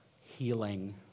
healing